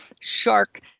shark